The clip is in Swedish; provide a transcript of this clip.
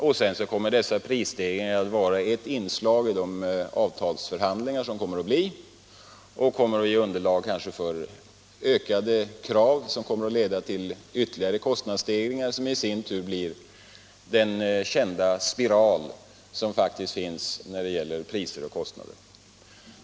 Dessutom kommer dessa prisstegringar sedan kanske att påverka de = Allmänna prisregleavtalsförhandlingar som kommer att föras, geriom att bilda underlag för — ringslagen ökade krav som leder till ytterligare kostnadsstegringar, vilka i sin tur blir ett inslag i den kända pris och kostnadsspiralen.